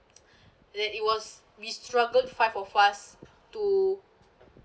that it was we struggled five of us to